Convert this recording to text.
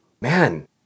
man